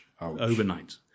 Overnight